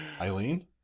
Eileen